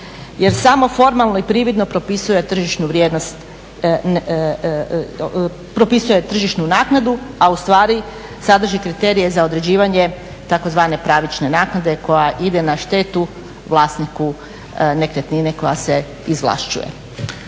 jer samo formalno i prividno propisuje tržišnu naknadu, a ustvari sadrži kriterije za određivanje tzv. pravične naknade koja ide na štetu vlasniku nekretnine koja se izvlašćuje.